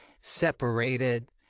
separated